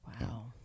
Wow